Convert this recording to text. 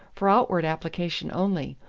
for outward application only.